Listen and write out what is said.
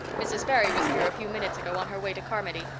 mrs. barry was here a few minutes ago on her way to carmody.